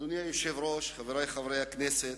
אדוני היושב-ראש, חברי חברי הכנסת,